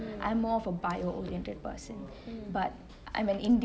mm mm